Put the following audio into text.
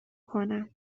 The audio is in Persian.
کنم